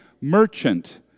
merchant